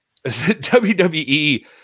WWE